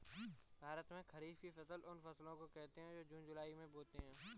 भारत में खरीफ की फसल उन फसलों को कहते है जो जून जुलाई में बोते है